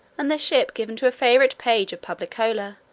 and the ship given to a favourite page of publicola,